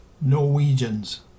Norwegians